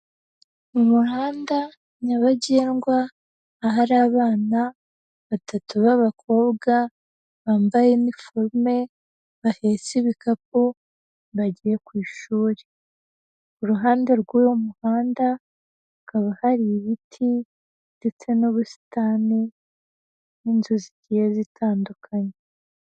Mu muhanda nyabagendwa ahari abana batatu b'abakobwa, bambaye iniforume bahetse ibikapu bagiye ku ishuri. Iruhande rw'uyu muhanda hakaba hari ibiti, ndetse n'ubusitani n'inzu zigiye zitandukanye.